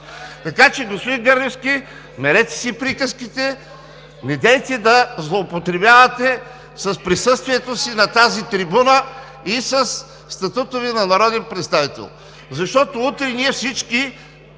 Така че, господин Гърневски, мерете си приказките, недейте да злоупотребявате с присъствието си на тази трибуна и със статута Ви на народен представител. Защото утре ние всички,